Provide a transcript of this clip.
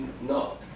No